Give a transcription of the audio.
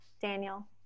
Daniel